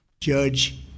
Judge